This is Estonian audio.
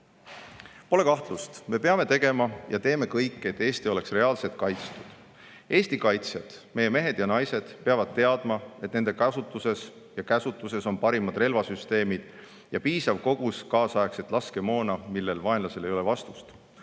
Pole kahtlust: me peame tegema ja teeme kõik, et Eesti oleks reaalselt kaitstud. Eesti kaitsjad, meie mehed ja naised, peavad teadma, et nende kasutuses ja käsutuses on parimad relvasüsteemid ja piisav kogus kaasaegset laskemoona, millele vaenlasel ei ole vastust. Loodava